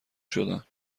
شدن